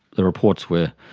the reports were